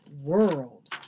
world